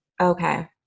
Okay